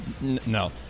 no